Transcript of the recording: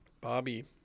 Bobby